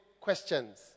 questions